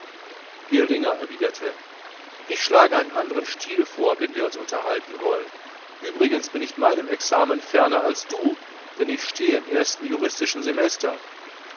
girlinger erwiderte ich schlage einen anderen stil vor wenn wir uns unterhalten wollen übrigens bin ich meinem examen ferner als du denn ich stehe im ersten juristischen semester